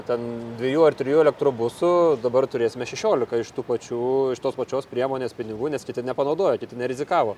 ten dviejų ar trijų elektrobusų dabar turėsime šešiolika iš tų pačių iš tos pačios priemonės pinigų nes kiti nepanaudojo kiti nerizikavo